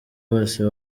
bose